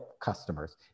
customers